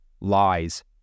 lies